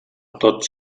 tots